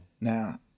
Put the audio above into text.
Now